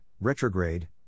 retrograde